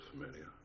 familiar